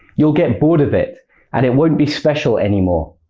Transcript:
you'll get bored of it, and it won't be special any more.